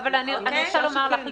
אבל אני רוצה לומר לך,